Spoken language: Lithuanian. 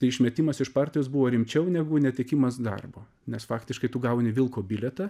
tai išmetimas iš partijos buvo rimčiau negu netekimas darbo nes faktiškai tu gauni vilko bilietą